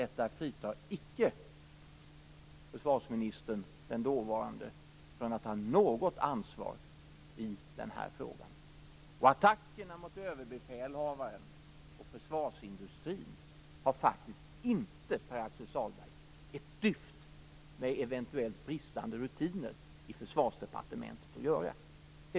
Detta fritar icke den dåvarande försvarsministern från ansvar i denna fråga. Attackerna mot Överbefälhavaren och försvarsindustrin har faktiskt inte, Pär-Axel Sahlberg, ett dyft med eventuellt bristande rutiner i Försvarsdepartementet att göra.